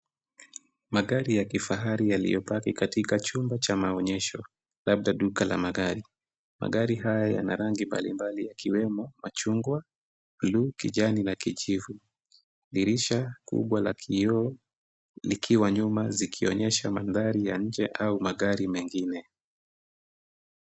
Magari ya kifahari yaliyopaki katika chumba cha maonyesho, labda duka la magari. Magari haya yana rangi mbalimbali yakiwemo machungwa, buluu, kijani na kijivu. Dirisha kubwa la kioo likiwa nyuma, zikionyesha mandhari ya nje au magari mengine.